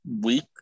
week